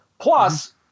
Plus